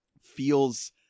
feels